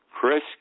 chris